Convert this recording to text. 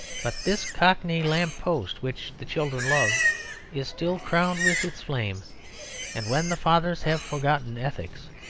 but this cockney lamp-post which the children love is still crowned with its flame and when the fathers have forgotten ethics,